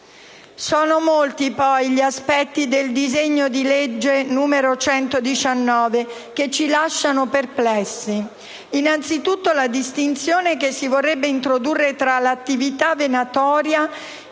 Sono molti, poi, gli aspetti del disegno di legge n. 119 che ci lasciano perplessi. Innanzitutto, la distinzione che si vorrebbe introdurre tra attività venatoria